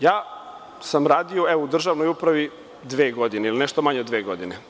Ja sam radio u državnoj upravi dve godine, ili nešto manje od dve godine.